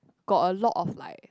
got a lot of like